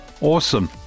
Awesome